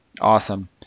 Awesome